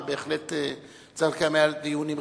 ובהחלט צריך לקיים עליה דיונים רציניים.